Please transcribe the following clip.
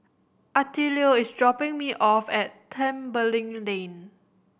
attilio is dropping me off at Tembeling Lane